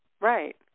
Right